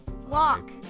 walk